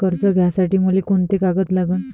कर्ज घ्यासाठी मले कोंते कागद लागन?